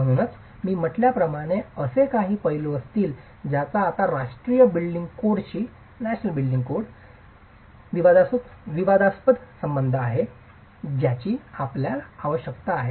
म्हणूनच मी म्हटल्याप्रमाणे असे काही पैलू असतील ज्यांचा आता राष्ट्रीय बिल्डिंग कोडशी विवादास्पद संबंध आहे ज्याची आपल्याला आवश्यकता आहे